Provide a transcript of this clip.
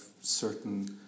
certain